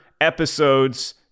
episodes